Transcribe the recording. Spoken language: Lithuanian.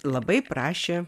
labai prašė